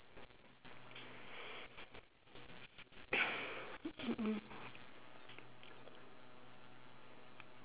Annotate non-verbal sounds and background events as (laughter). (coughs)